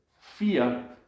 fear